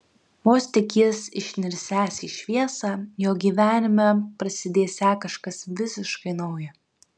vos tik jis išnirsiąs į šviesą jo gyvenime prasidėsią kažkas visiškai nauja